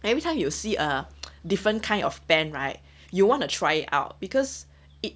everytime you will see a different kind of pen right you want to try it out because it